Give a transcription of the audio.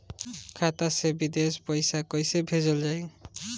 खाता से विदेश पैसा कैसे भेजल जाई?